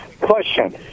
Question